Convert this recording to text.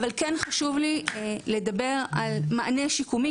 כן חשוב לי לדבר על מענה שיקומי,